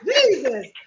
jesus